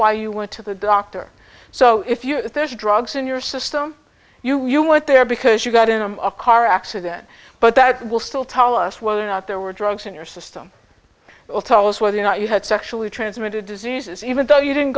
why you went to the doctor so if you if there's drugs in your system you want there because you got in a car accident but that will still tell us whether or not there were drugs in your system will tell us whether or not you had sexually transmitted diseases even though you didn't